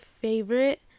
favorite